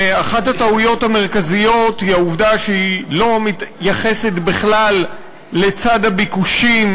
ואחת הטעויות המרכזיות היא העובדה שהיא לא מתייחסת בכלל לצד הביקושים,